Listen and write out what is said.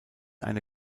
eine